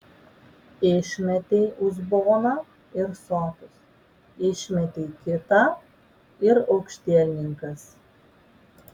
išmetei uzboną ir sotus išmetei kitą ir aukštielninkas